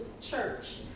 church